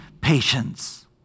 patience